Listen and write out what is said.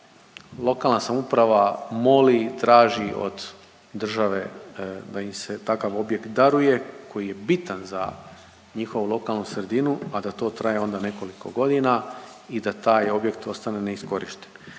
lokalna samouprava moli i traži od države da im se takav objekt daruje, koji je bitan za njihovu lokalnu sredinu, a da to traje onda nekoliko godina i da taj objekt ostane neiskorišten.